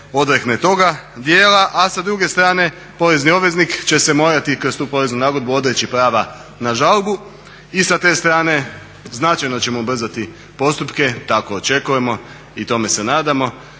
odrekne toga djela, a sa druge strane porezni obveznik će se morati kroz tu poreznu nagodbu odreći prava na žalbu i sa te strane značajno ćemo ubrzati postupke, tako očekujemo i tome se nadamo,